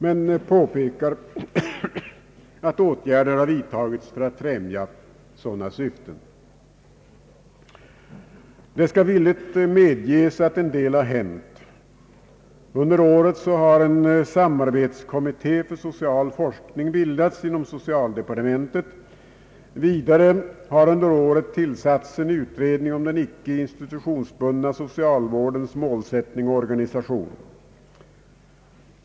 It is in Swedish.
Men man påpekar att åtgärder vidtagits för att främja sådana syften. Det skall villigt medges ait en del har hänt sedan motionerna framlades. Under året har en samarbetskommitté för social forskning bildats inom socialdepartementet. Vidare har under året tillsatts en utredning om den icke institutionsbundna socialvårdens målsättning och organisation.